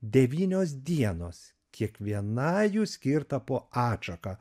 devynios dienos kiekvienai jų skirta po atšaką